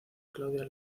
claudia